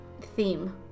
theme